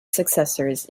successors